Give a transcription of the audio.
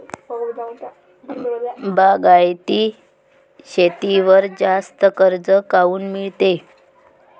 बागायती शेतीवर जास्त कर्ज काऊन मिळते?